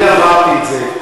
אני עברתי את זה.